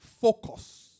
focus